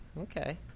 Okay